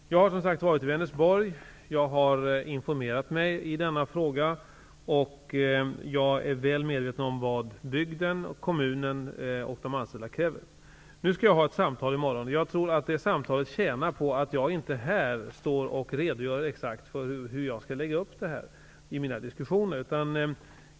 Herr talman! Jag har, som sagt, varit i Vänersborg. Jag har informerat mig i denna fråga, och jag är väl medveten om vad bygden, kommunen och de anställda kräver. I morgon skall jag ha ett samtal med generaldirektören. Jag tror att det är till gagn för det samtalet att jag här inte exakt redogör för uppläggningen av mina diskussioner.